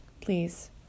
Please